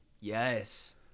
Yes